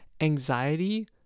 anxiety